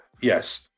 yes